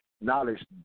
knowledge